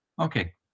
Okay